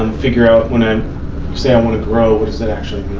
um figure out when i say i want to grow, what does that actually